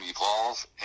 evolve